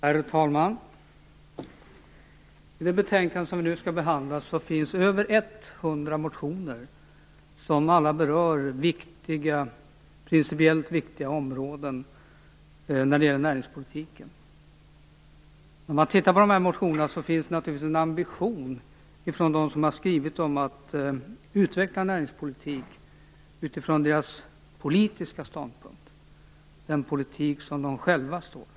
Fru talman! Ärade talman! I det betänkande som vi nu debatterar behandlas över 100 motioner, som alla berör principiellt viktiga områden inom näringspolitiken. Det finns naturligtvis en ambition hos motionärerna att utveckla näringspolitiken utifrån de politiska ståndpunkter som de själva intar.